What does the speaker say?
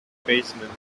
basement